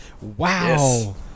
Wow